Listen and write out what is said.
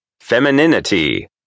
femininity